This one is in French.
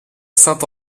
saint